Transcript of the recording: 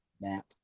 map